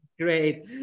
Great